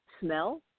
smell